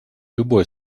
любое